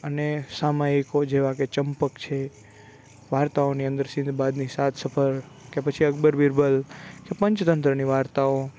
અને સામાયિકો જેવાં કે ચંપક છે વાર્તાઓની અંદર સિંદબાદની સાત સફર કે પછી અકબર બિરબલ કે પંચતંત્રની વાર્તાઓ